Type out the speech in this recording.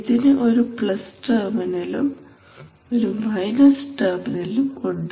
ഇതിനു ഒരു പ്ലസ് ടെർമിനലും ഒരു മൈനസ് ടെർമിനലും ഉണ്ട്